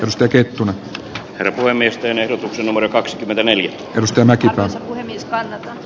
jos tekee runot rehulle miesten eduksi numero kaksikymmentäneljä tämäkin osa on ennestään